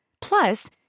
Plus